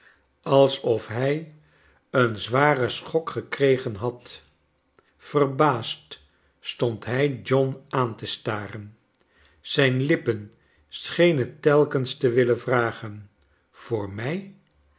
alsof hij een zwaren schok gekregen had yerbaasd stond hij john aan te staren zijn lippen schenen telkens te willen vragen voor nirj